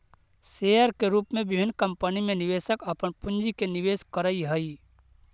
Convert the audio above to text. share के रूप में विभिन्न कंपनी में निवेशक अपन पूंजी के निवेश करऽ हइ